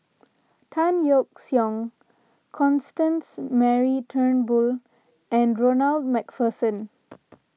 Tan Yeok Seong Constance Mary Turnbull and Ronald MacPherson